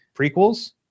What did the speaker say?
prequels